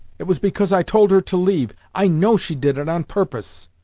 it was because i told her to leave. i know she did it on purpose